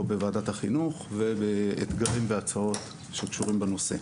פה בוועדת החינוך ובאתגרים והצעות שקשורים בנושא.